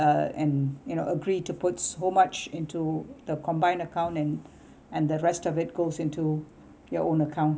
uh and you know agree to put so much into the combined account and and the rest of it goes into your own account